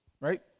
Right